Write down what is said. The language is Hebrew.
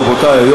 רבותי,